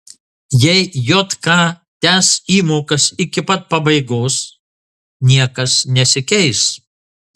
jei jk tęs įmokas iki pat pabaigos niekas nesikeis